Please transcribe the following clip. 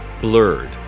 blurred